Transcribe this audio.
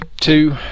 two